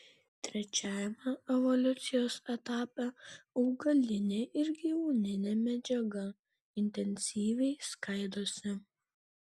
trečiajame evoliucijos etape augalinė ir gyvūninė medžiaga intensyviai skaidosi